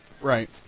Right